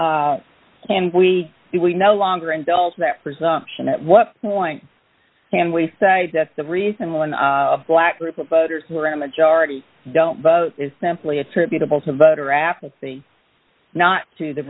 can we we no longer indulge that presumption at what point can we say that the reason one black group of voters where a majority don't vote is simply attributable to voter d apathy not to the